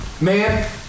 Man